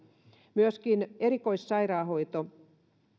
myöskin erikoissairaanhoito